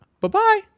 bye-bye